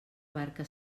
barca